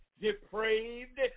depraved